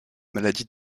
maladies